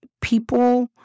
people